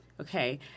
okay